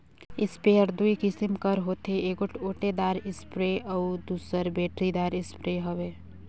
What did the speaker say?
sprayer दूई किसिम कर होथे एगोट ओटेदार इस्परे अउ दूसर बेटरीदार इस्परे हवे